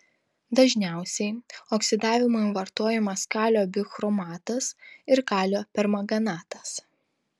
dažniausiai oksidavimui vartojamas kalio bichromatas ir kalio permanganatas